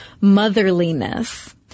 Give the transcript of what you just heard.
motherliness